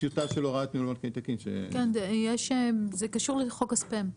זה קשור לחוק הספאם.